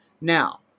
Now